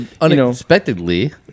unexpectedly